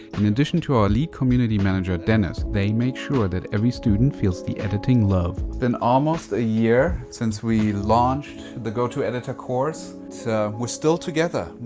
in addition to our lead community manager, dennis, they make sure that every student feels the editing love. it's been almost a year since we launched the go-to editor course, so we're still together.